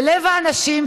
ללב האנשים,